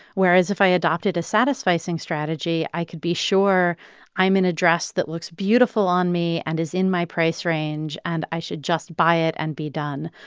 whereas if i adopted a satisficing strategy, i could be sure i am in a dress that looks beautiful on me and is in my price range, and i should just buy it and be done.